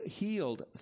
healed